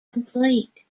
complete